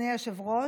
אדוני היושב-ראש,